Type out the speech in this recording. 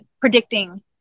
predicting